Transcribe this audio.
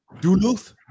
Duluth